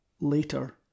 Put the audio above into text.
later